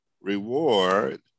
reward